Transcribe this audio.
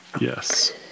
Yes